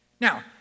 Now